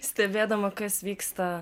stebėdama kas vyksta